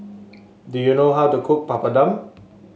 do you know how to cook Papadum